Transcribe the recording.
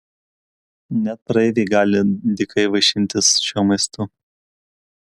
net praeiviai gali dykai vaišintis šiuo maistu